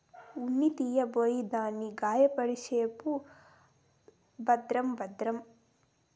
ఉన్ని తీయబోయి దాన్ని గాయపర్సేవు భద్రం భద్రం